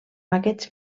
aquests